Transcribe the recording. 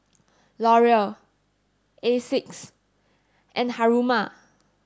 Laurier Asics and Haruma